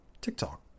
TikTok